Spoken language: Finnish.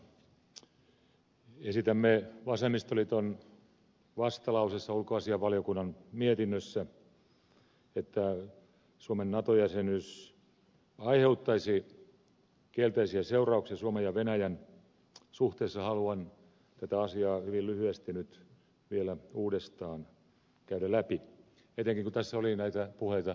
koska esitämme vasemmistoliiton vastalauseessa ulkoasiainvaliokunnan mietinnössä että suomen nato jäsenyys aiheuttaisi kielteisiä seurauksia suomen ja venäjän suhteissa haluan tätä asiaa hyvin lyhyesti nyt vielä uudestaan käydä läpi etenkin kun tässä oli näitä puheita änkyrämäisyydestä